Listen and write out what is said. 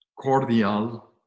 cordial